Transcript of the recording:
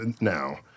now